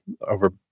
over